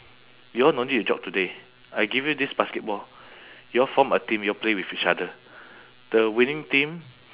you all no need to jog today I give you this basketball you all form a team you all play with each other the winning team